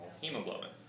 hemoglobin